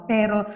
Pero